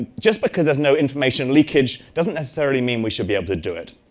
just because there's no information leakage doesn't necessarily mean we should be able to do it.